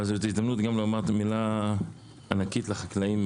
אבל זאת גם הזדמנות לומר מילה ענקית לחקלאים.